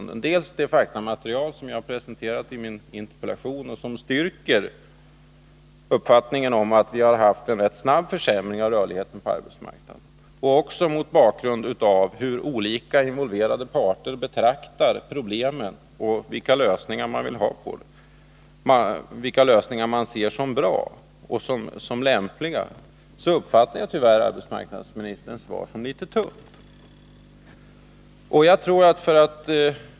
Det faktamaterial som jag har presenterat i min interpellation styrker uppfattningen att vi har haft en snabb försämring av rörligheten på arbetsmarknaden. Det är också uppenbart att berörda parter ser lika på problemen och på vilka lösningar som kan vara lämpliga. Därför uppfattar jag tyvärr arbetsmarknadsministerns svar som litet tunt.